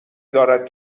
دارد